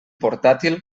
portàtil